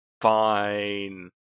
Fine